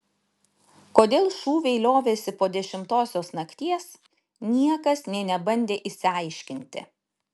kodėl šūviai liovėsi po dešimtosios nakties niekas nė nebandė išsiaiškinti